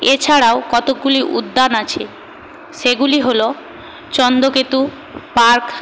এছাড়াও কতগুলি উদ্যান আছে সেগুলি হল চন্দ্রকেতু পার্ক